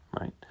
right